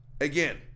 Again